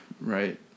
right